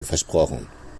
versprochen